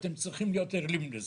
ואתם צריכים להיות ערים לזה.